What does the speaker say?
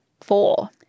four